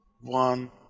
one